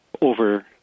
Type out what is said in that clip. over